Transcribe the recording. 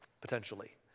potentially